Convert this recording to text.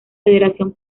federación